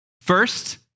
First